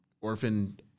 orphan